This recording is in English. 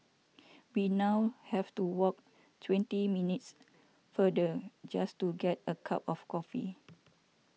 we now have to walk twenty minutes further just to get a cup of coffee